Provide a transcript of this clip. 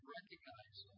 recognize